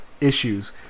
issues